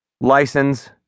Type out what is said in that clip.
License